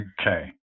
Okay